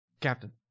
Captain